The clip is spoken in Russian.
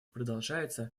продолжается